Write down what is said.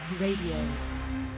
Radio